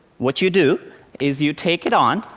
what you do is, you take it on,